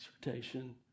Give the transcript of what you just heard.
exhortation